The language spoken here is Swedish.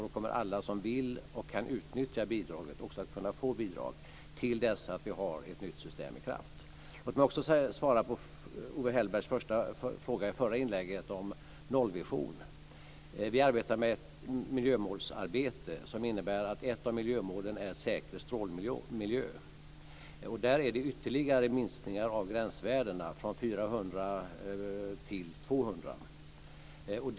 Då kommer alla som vill och kan utnyttja bidraget också att kunna få bidrag till dess att vi har ett nytt system i kraft. Låt mig också svara på Owe Hellbergs fråga i det förra inlägget om en nollvision. Vi arbetar med miljömål. Ett av miljömålen är att det ska vara en säker strålmiljö. Det handlar om en ytterligare minskning av gränsvärdena från 400 Bq till 200 Bq.